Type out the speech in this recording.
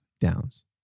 Downs